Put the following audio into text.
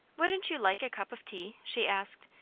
wouldn't you like a cup of tea? she asked.